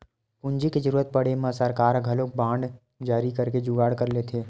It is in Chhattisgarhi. पूंजी के जरुरत पड़े म सरकार ह घलोक बांड जारी करके जुगाड़ कर लेथे